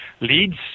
leads